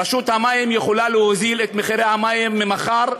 רשות המים יכולה להוזיל את מחירי המים מחר,